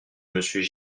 monsieur